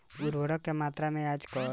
उर्वरक के मात्रा में आकलन कईसे होला?